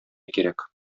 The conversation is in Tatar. кирәк